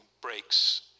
breaks